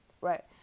right